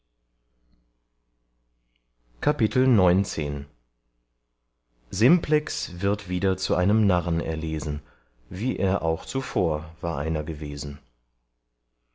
simplex wird wieder zum narren erlesen wie er auch war zuvor einer gewesen